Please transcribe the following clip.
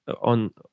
on